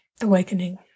awakening